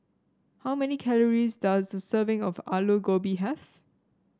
how many calories does a serving of Aloo Gobi have